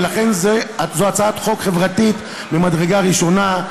ולכן זו הצעת חוק חברתית ממדרגה ראשונה,